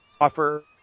offer